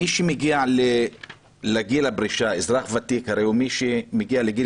מי שמגיע לגיל הפרישה - אזרח ותיק הרי הוא מי שמגיע לגיל